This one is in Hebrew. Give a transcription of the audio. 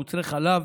מוצרי חלב,